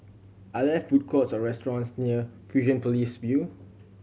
are there food courts or restaurants near Fusionopolis View